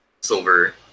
silver